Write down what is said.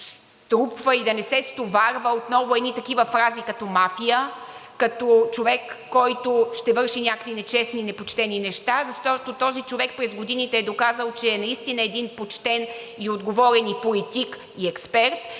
струпва и да не се стоварват отново такива фрази като „мафия“, като „човек, който ще върши някакви нечестни и непочтени неща“, защото този човек през годините е доказал, че наистина е почтен и отговорен политик и експерт.